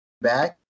back